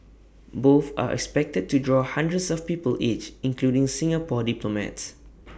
both are expected to draw hundreds of people each including Singapore diplomats